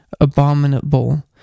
abominable